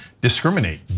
Discriminate